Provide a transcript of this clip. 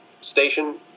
station